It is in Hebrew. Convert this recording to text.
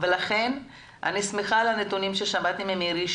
לכן אני שמחה על הנתונים ששמעתי ממירי,